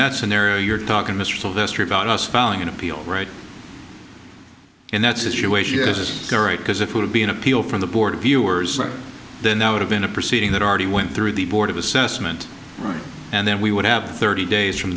that scenario you're talking mr sylvester about us falling in appeal right in that situation this is because it would be an appeal from the board of viewers than i would have been a proceeding that already went through the board of assessment and then we would have thirty days from